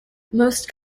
most